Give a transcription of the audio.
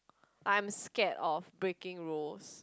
I'm scared of breaking rules